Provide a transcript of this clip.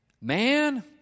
Man